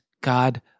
God